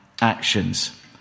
actions